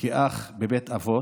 כאח בבית אבות,